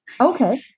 okay